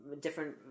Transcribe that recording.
different